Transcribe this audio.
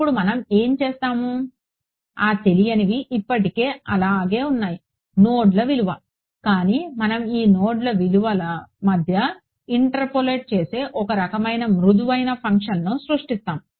ఇప్పుడు మనం ఏమి చేస్తాం ఆ తెలియనివి ఇప్పటికీ అలాగే ఉన్నాయి నోడ్ల విలువ కానీ మనం ఈ నోడ్ విలువల మధ్య ఇంటర్పోలేట్ చేసే ఒక రకమైన మృదువైన ఫంక్షన్ను సృష్టిస్తాము